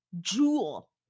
jewel